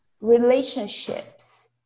relationships